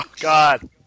God